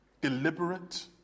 deliberate